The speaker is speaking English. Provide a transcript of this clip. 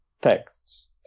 texts